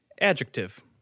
Adjective